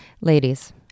Ladies